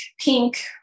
pink